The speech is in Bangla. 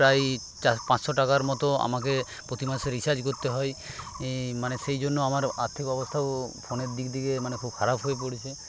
প্রায়ই চার পাঁচশো টাকার মতো আমাকে প্রতিমাসে রিচার্জ করতে হয় মানে সেইজন্য আমার আর্থিক অবস্থাও ফোনের দিক থেকে মানে খুব খারাপ হয়ে পড়ছে